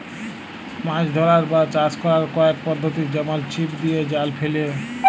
মাছ ধ্যরার বা চাষ ক্যরার কয়েক পদ্ধতি যেমল ছিপ দিঁয়ে, জাল ফ্যাইলে